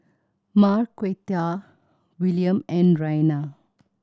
Marquita Willam and Raina